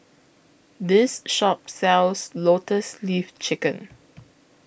This Shop sells Lotus Leaf Chicken